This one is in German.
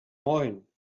moin